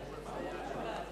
חברי הכנסת, קודם כול,